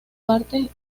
partes